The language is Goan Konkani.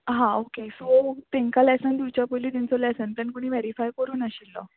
हा ओके सो तेंका लेसन दिवचे पयली तेंचो लॅसन तेन्ना कोणी वेरीफाय करूंक नाशिल्लो